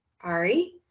Ari